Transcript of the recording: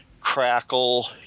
Crackle